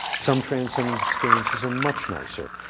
some transcendence experiences are much nicer.